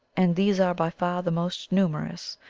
and these are by far the most numerous,